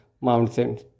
mountains